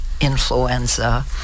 influenza